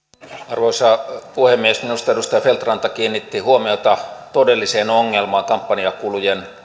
arvoisa puhemies minusta edustaja feldt ranta kiinnitti huomiota todelliseen ongelmaan kampanjakulujen